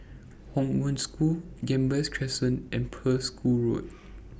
Hong Wen School Gambas Crescent and Pearl's Hill Road